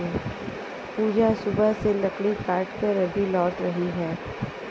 पूजा सुबह से लकड़ी काटकर अभी लौट रही है